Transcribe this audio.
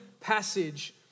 passage